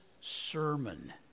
sermon